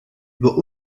über